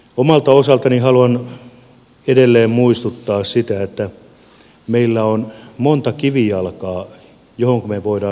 omalta osaltani haluan edelleen muistuttaa sitä että meillä on monta kivijalkaa joille me voimme rakentaa tulevaisuutta